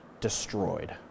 destroyed